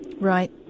Right